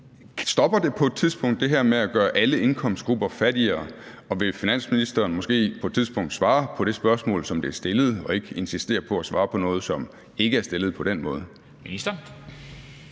Stopper det her med at gøre alle indkomstgrupper fattigere på et tidspunkt, og vil finansministeren måske på et tidspunkt svare på det spørgsmål, som bliver stillet, og ikke insistere på at svare på noget, som der på den måde ikke er